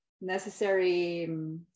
necessary